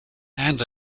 and